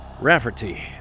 Rafferty